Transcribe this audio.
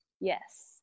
yes